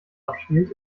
abspielt